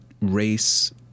race